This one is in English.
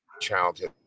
childhood